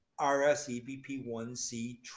RSEBP1C